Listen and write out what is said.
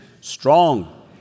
strong